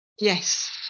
Yes